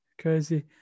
Crazy